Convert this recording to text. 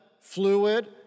fluid